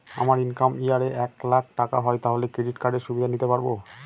আমার income year এ এক লাক টাকা হয় তাহলে ক্রেডিট কার্ড এর সুবিধা নিতে পারবো?